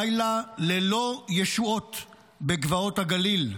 לילה ללא ישועות בגבעות הגליל,